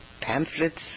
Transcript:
pamphlets